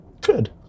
Good